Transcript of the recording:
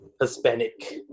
Hispanic